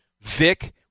Vic